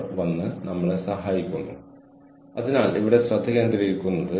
organisation ഒരു സംവിധാനം ഏർപ്പെടുത്തി